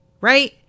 right